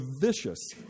vicious